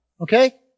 okay